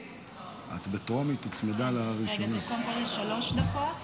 את בטרומית, והיא הוצמדה לקריאה ראשונה.